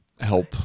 help